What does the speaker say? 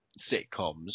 sitcoms